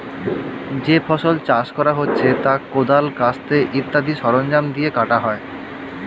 যে ফসল চাষ করা হচ্ছে তা কোদাল, কাস্তে ইত্যাদি সরঞ্জাম দিয়ে কাটা হয়